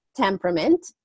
temperament